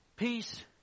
Peace